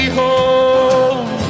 home